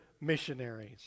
missionaries